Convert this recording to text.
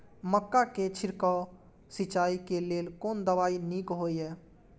मक्का के छिड़काव सिंचाई के लेल कोन दवाई नीक होय इय?